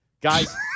Guys